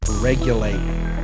Regulate